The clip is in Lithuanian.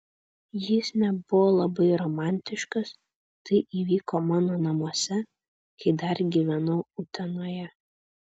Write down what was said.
jis nebuvo labai romantiškas tai įvyko mano namuose kai dar gyvenau utenoje